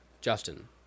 Justin